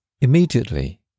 Immediately